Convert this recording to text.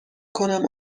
کنم